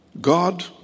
God